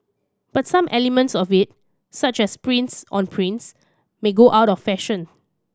but some elements of it such as prints on prints may go out of fashion